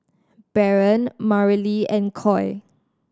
Barron Marilee and Coy